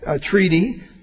treaty